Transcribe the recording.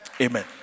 Amen